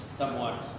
somewhat